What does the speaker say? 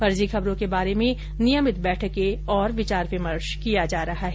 फर्जी खबरों के बारे में नियमित बैठकें और विचार विमर्श किया जा रहा है